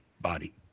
body